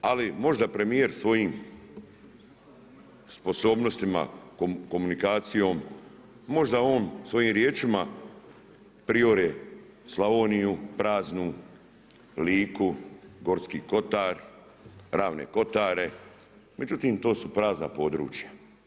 Ali možda premijer svojim sposobnostima, komunikacijom, možda on svojim riječima priore Slavoniju praznu, Liku, Gorski kotar, Ravne kotare, međutim to su prazna područja.